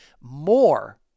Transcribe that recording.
more